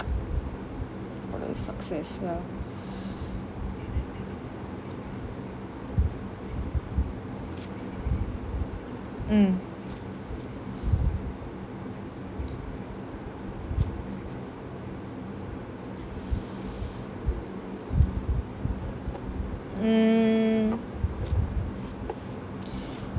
or the success ya mm mm